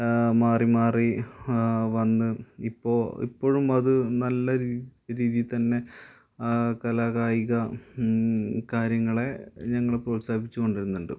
മാറി മാറി വന്ന് ഇപ്പഴും അത് നല്ല രീതിയില് തന്നെ കലാകായിക കാര്യങ്ങളെ ഞങ്ങള് പ്രോത്സാഹിപ്പിച്ച് കൊണ്ടുവരുന്നുണ്ട്